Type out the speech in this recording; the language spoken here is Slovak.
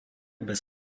bez